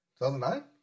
2009